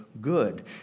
good